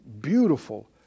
beautiful